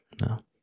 No